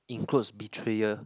includes betrayal